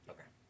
Okay